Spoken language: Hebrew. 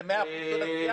וזה מאה אחוז של הסיעה.